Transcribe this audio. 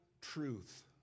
truth